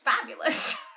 fabulous